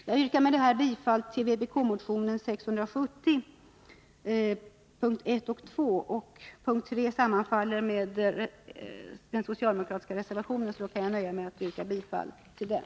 Jag yrkar med detta bifall till vpk-motionen 670 punkterna 1 och 2. Punkt 3 i motionen sammanfaller med det som yrkas i den socialdemokratiska reservationen, och jag kan därför i det avseendet nöja mig med att yrka bifall till den.